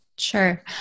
Sure